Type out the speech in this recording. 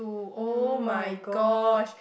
[oh]-my-god